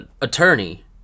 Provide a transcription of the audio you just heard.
attorney